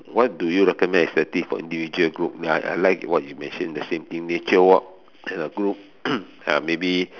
what do you recommend as active for individual group that I I like what you mention the same thing nature walk then the group uh maybe